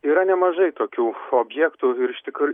yra nemažai tokių objektų ir iš tikrųjų